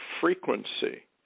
frequency